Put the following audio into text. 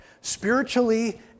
spiritually